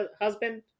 husband